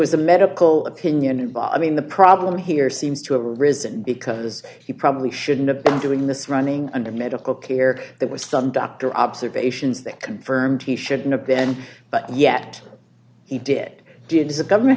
was a medical opinion but i mean the problem here seems to have risen because he probably shouldn't have been doing this running under medical care that was some doctor observations that confirmed he should not been but yet he did it did as a government